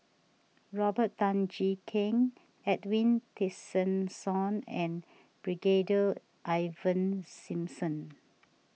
Robert Tan Jee Keng Edwin Tessensohn and Brigadier Ivan Simson